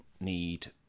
need